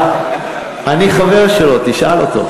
אני חבר שלו, תשאל אותו.